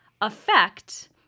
affect